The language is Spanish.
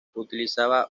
utilizaba